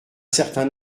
certain